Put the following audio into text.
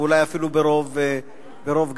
ואולי אפילו ברוב גדול.